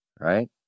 right